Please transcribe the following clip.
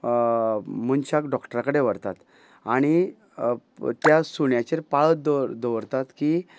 मनशाक डॉक्टरा कडेन व्हरतात आनी त्या सुण्याचेर पाळत दवर दवरतात की